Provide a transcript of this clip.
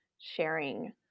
sharing